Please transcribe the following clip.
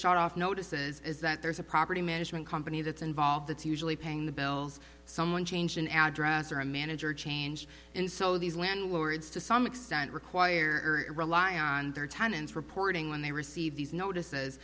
shot off notices is that there's a property management company that's involved that's usually paying the bills someone change an address or a manager change and so these landlords to some extent require rely on their tenants reporting when they receive these notices